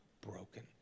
broken